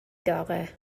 داغه